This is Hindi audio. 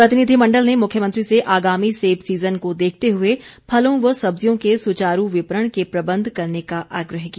प्रतिनिधिमंडल ने मुख्यमंत्री से आगामी सेब सीजन को देखते हुए फलों व सब्जियों के सुचारू विपणन के प्रबंध करने का आग्रह किया